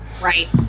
Right